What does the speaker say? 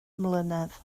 mlynedd